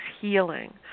healing